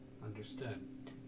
understood